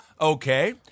Okay